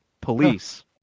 police